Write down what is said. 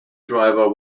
driver